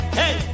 hey